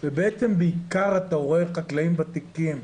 ובעצם בעיקר אתה רואה חקלאים ותיקים,